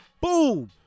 boom